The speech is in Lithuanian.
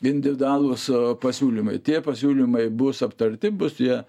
individualūs pasiūlymai tie pasiūlymai bus aptarti bus jie